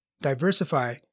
diversify